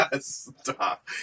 Stop